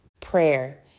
Prayer